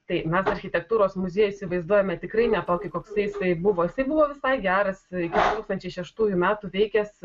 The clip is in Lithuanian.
tai mes architektūros muziejų įsivaizduojame tikrai ne tokį koks jisai buvo jisai buvo visai geras nuo du tūkstančiai šeštųjų metų veikęs